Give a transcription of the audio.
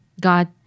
God